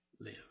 live